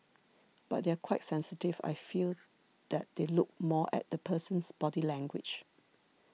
but they are quite sensitive I feel that they look more at the person's body language